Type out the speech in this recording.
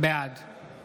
בעד